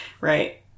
Right